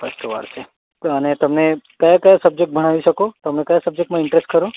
first વાર છે અને તમે ક્યા ક્યા સબ્જેક્ટ ભણાવી શકો તમને કયા સબ્જેક્ટમાં ઇન્ટરેસ્ટ ખરો